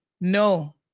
No